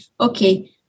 okay